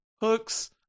Hooks